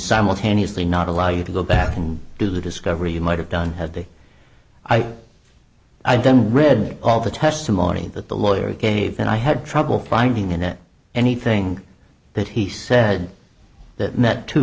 simultaneously not allow you to go back and do the discovery you might have done had to i think i don't read all the testimony that the lawyer gave and i had trouble finding in that anything that he said that met t